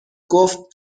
گفت